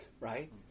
right